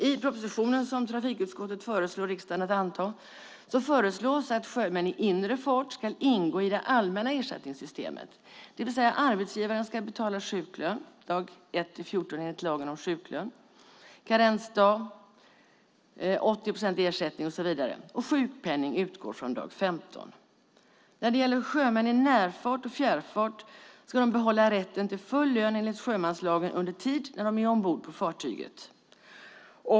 I propositionen, som trafikutskottet föreslår riksdagen att anta, föreslås att sjömän i inre fart ska ingå i det allmänna ersättningssystemet, det vill säga att arbetsgivaren ska betala sjuklön dag 1-14 enligt lagen om sjuklön, det ska vara en karensdag, 80 procents ersättning och så vidare, och sjukpenning utgår från dag 15. Sjömän i närfart och fjärrfart ska behålla rätten till full lön under den tid de är ombord på fartyget.